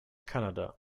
kanada